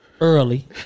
early